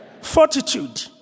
fortitude